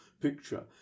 picture